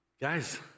guys